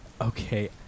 Okay